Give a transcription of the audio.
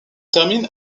termine